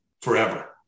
forever